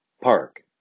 Park